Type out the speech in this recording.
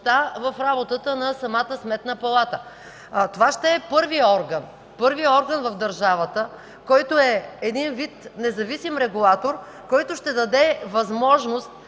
независимостта в работата на самата Сметна палата. Това ще е първият орган в държавата, който е един вид независим регулатор, който ще даде възможност